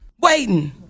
waiting